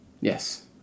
Yes